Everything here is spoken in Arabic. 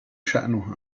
شأنها